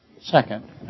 second